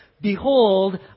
Behold